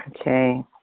Okay